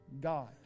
God